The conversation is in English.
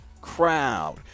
crowd